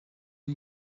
you